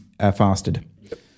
Fasted